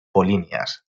polinias